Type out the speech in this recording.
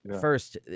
first